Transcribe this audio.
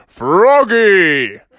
Froggy